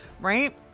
Right